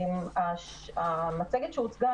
המצגת שהוצגה,